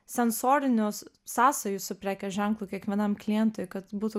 sensorinius sąsajų su prekės ženklu kiekvienam klientui kad būtų